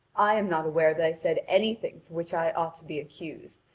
i am not aware that i said anything for which i ought to be accused,